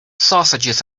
sausages